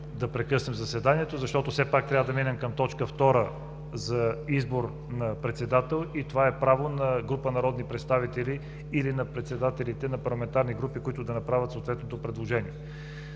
да прекъснем заседанието за 15 минути, защото се пак трябва да преминем към точка втора за избор на председател и това е право на група народни представители или на председателите на парламентарни групи, които да направят съответното предложение.